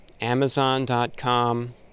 amazon.com